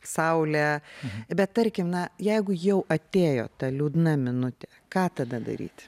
saulė bet tarkim na jeigu jau atėjo ta liūdna minutė ką tada daryti